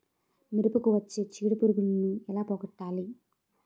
మిరపకు వచ్చే చిడపురుగును ఏల పోగొట్టాలి?